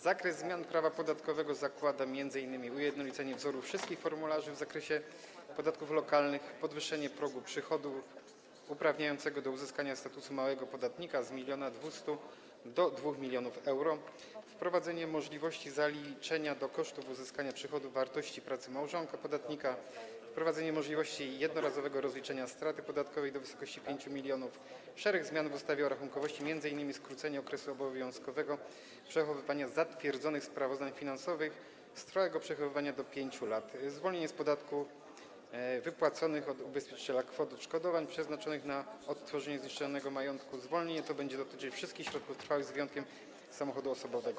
Zakres zmian prawa podatkowego zakłada m.in.: ujednolicenie wzorów wszystkich formularzy w zakresie podatków lokalnych, podwyższenie progu przychodów uprawniającego do uzyskania statusu małego podatnika z 1 1,2 mln do 2 mln euro, wprowadzenie możliwości zaliczenia do kosztów uzyskania przychodów wartości pracy małżonka podatnika, wprowadzenie możliwości jednorazowego rozliczenia straty podatkowej do wysokości 5 mln, szereg zmian w ustawie o rachunkowości, m.in. skrócenie okresu obowiązkowego przechowywanie zatwierdzonych sprawozdań finansowych z trwałego przechowywania do 5 lat, zwolnienie z podatku wypłaconych od ubezpieczyciela kwot odszkodowań przeznaczonych na odtworzenie zniszczonego majątku - zwolnienie to będzie dotyczyć wszystkich środków trwałych z wyjątkiem samochodu osobowego.